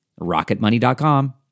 RocketMoney.com